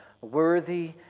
Worthy